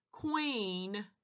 Queen